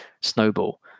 snowball